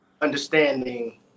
understanding